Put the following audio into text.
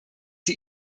sie